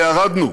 ירדנו,